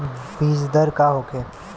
बीजदर का होखे?